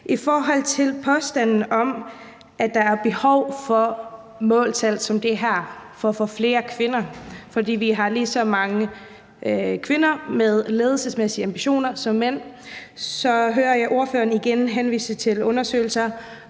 I forhold til påstanden om, at der er behov for måltal som det her for at få flere kvinder ind, fordi vi har lige så mange kvinder med ledelsesmæssige ambitioner som mænd, så hører jeg ordføreren igen henvise til undersøgelser,